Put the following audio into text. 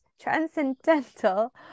transcendental